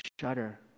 shudder